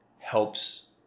helps